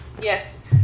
Yes